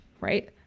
right